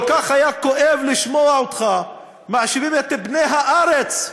כל כך היה כואב לשמוע אתכם מאשימים את בני הארץ,